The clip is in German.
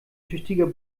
tüchtiger